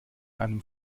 einem